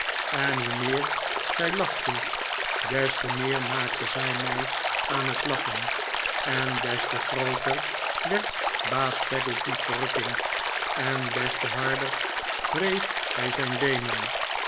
en hoe meer zij lachte des te meer maakte zij mij aan het lachen en des te grooter werd baas peggotty's verrukking en des te harder wreef hij zijn beenen